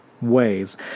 ways